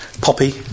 poppy